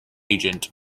agent